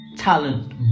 talent